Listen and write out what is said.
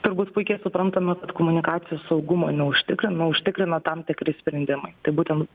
turbūt puikiai suprantama kad komunikacija saugumo neužtikrina o užtikrina tam tikri sprendimai tai būten